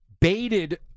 baited